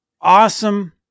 awesome